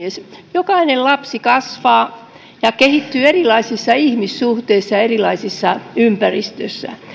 jokainen lapsi kasvaa ja kehittyy erilaisissa ihmissuhteissa ja erilaisissa ympäristöissä